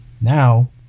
Now